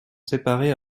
séparés